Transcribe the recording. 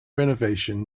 renovation